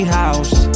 house